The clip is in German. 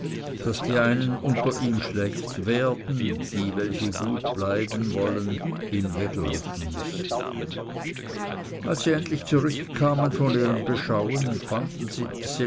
daß die einen unter ihm schlecht werden die welche gut bleiben wollen ihm weglaufen müssen als sie endlich zurückkamen von ihrem beschauen fanden sie